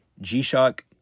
G-Shock